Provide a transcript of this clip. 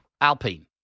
Alpine